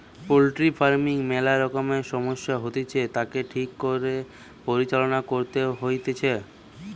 poultry farming ম্যালা রকমের সমস্যা হতিছে, তাকে ঠিক করে পরিচালনা করতে হইতিছে